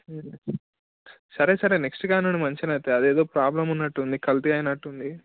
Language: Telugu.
సరే సరే నెక్స్ట్ కాడి నుండి మంచిగానే వస్తాయి అదేదో ప్రాబ్లమ్ ఉన్నట్టు ఉంది కల్తీ అయినట్టు ఉంది